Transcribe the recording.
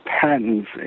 patents